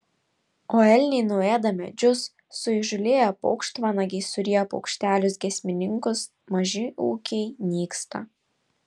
o elniai nuėda medžius suįžūlėję paukštvanagiai suryja paukštelius giesmininkus maži ūkiai nyksta